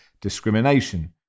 discrimination